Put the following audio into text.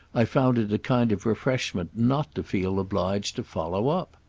i found it a kind of refreshment not to feel obliged to follow up.